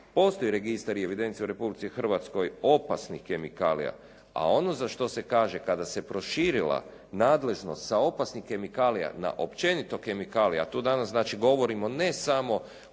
postoji registar i evidencija u Republici Hrvatskoj opasnih kemikalija, a ono za što se kaže, kada se proširila nadležnost sa opasnih kemikalija na općenito kemikalije, a to danas znači govorimo ne samo